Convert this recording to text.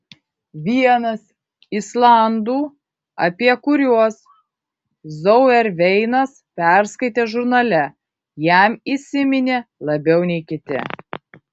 vienas islandų apie kuriuos zauerveinas perskaitė žurnale jam įsiminė labiau nei kiti